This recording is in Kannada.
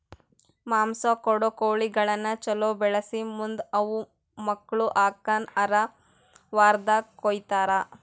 ಮಾಂಸ ಕೊಡೋ ಕೋಳಿಗಳನ್ನ ಛಲೋ ಬೆಳಿಸಿ ಮುಂದ್ ಅವು ಮಕ್ಕುಳ ಹಾಕನ್ ಆರ ವಾರ್ದಾಗ ಕೊಯ್ತಾರ